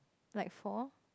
like for